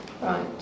Right